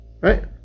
right